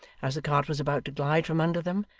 as the cart was about to glide from under them,